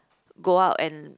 go out and